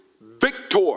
victor